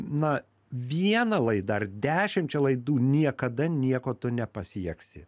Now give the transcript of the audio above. na viena laida ar dešimčia laidų niekada nieko tu nepasieksi